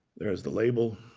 there is the label.